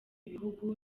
bihugu